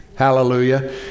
Hallelujah